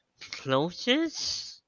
closest